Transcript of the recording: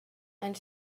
and